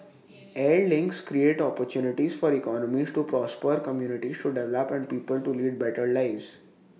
air links create opportunities for economies to prosper communities to develop and people to lead better lives